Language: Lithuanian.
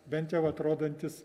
bent jau atrodantys